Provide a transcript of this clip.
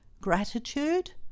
gratitude